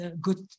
good